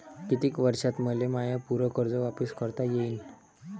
कितीक वर्षात मले माय पूर कर्ज वापिस करता येईन?